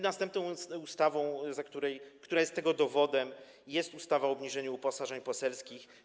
Następną ustawą, która jest tego dowodem, jest ustawa o obniżeniu uposażeń poselskich.